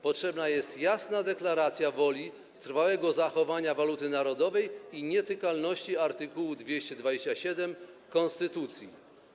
Potrzebna jest jasna deklaracja woli trwałego zachowania waluty narodowej i nietykalności art. 227 konstytucji.